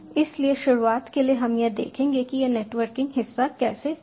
इसलिए शुरुआत के लिए हम यह देखेंगे कि यह नेटवर्किंग हिस्सा कैसे होता है